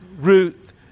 Ruth